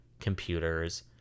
computers